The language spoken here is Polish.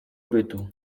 bytu